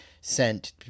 sent